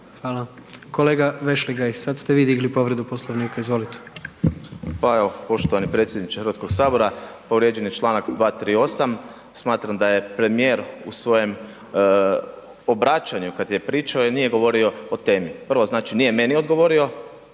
Hvala. Kolega Vešligaj, sad ste vi digli povredu Poslovnika, izvolite. **Vešligaj, Marko (SDP)** Pa evo, poštovani predsjedniče HS, povrijeđen je čl. 238., smatram da je premijer u svojem obraćanju, kad je pričao i nije govorio o temi, prvo znači nije meni odgovorio